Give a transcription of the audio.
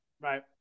Right